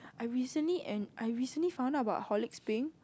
I recently and I recently found out about horlicks peng